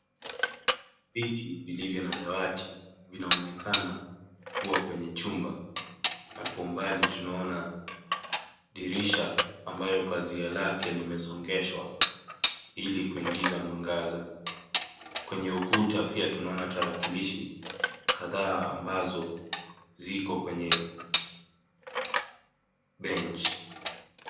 Viti vilivyo na dawati vinaonekana kuwa kwenye chumba na kwa umbali tunaona dirisha ambayo pazia lake limesongeshwa ili kuingiza mwangaza. Kwenye ukuta pia tunaona tarakilishi kadhaa ambazo ziko kwenye benchi.